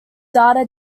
data